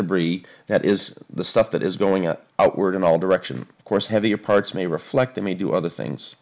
debris that is the stuff that is going up outward in all direction of course heavier parts may reflect to me do other things